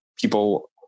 people